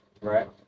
Right